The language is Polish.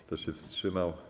Kto się wstrzymał?